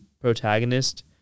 protagonist